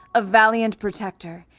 a valiant protector,